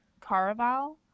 Caraval